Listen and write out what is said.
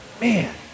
man